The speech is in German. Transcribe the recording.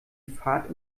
fahrt